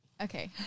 Okay